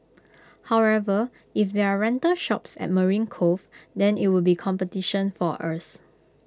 however if there are rental shops at marine Cove then IT would be competition for us